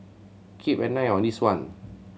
keep an eye on this one